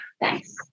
Thanks